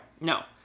No